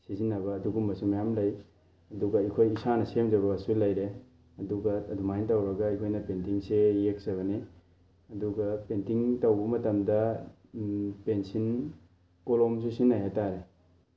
ꯁꯤꯖꯤꯟꯅꯕ ꯑꯗꯨꯒꯨꯝꯕꯁꯨ ꯃꯌꯥꯝ ꯂꯩ ꯑꯗꯨꯒ ꯑꯩꯈꯣꯏ ꯏꯁꯥꯅ ꯁꯦꯝꯖꯕꯁꯨ ꯂꯩꯔꯦ ꯑꯗꯨꯒ ꯑꯗꯨꯃꯥꯏꯅ ꯇꯧꯔꯒ ꯑꯩꯈꯣꯏꯅ ꯄꯦꯟꯇꯤꯡꯁꯦ ꯌꯦꯛꯆꯕꯅꯤ ꯑꯗꯨꯒ ꯄꯦꯟꯇꯤꯡ ꯇꯧꯕ ꯃꯇꯝꯗ ꯄꯦꯟꯁꯤꯜ ꯀꯣꯂꯣꯝꯁꯨ ꯁꯤꯖꯦꯟꯅꯩ ꯍꯥꯏꯇꯥꯔꯦ